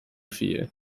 viel